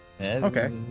Okay